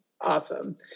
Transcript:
awesome